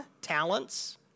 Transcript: talents